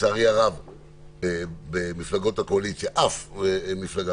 לצערי הרב במפלגות הקואליציה אף מפלגה